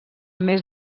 més